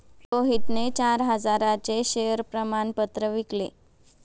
रोहितने चार हजारांचे शेअर प्रमाण पत्र विकले